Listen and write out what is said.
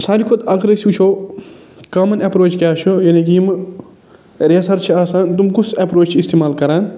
سارِوی کھۄتہٕ اگر أسۍ وٕچھو کامَن اٮ۪پروچ کیٛاہ چھِ یعنی کہ یِمہٕ ریسَر چھِ آسان تِم کُس اٮ۪پروچ چھِ استعمال کران